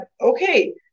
okay